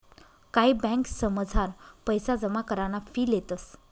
कायी ब्यांकसमझार पैसा जमा कराना फी लेतंस